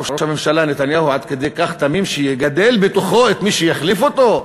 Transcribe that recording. ראש הממשלה נתניהו עד כדי כך תמים שיגדל בתוכו את מי שיחליף אותו,